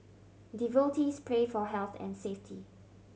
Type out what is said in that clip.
devotees pray for health and safety